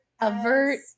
avert